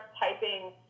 typing